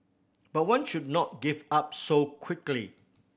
but one should not give up so quickly